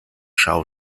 schau